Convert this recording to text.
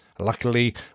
luckily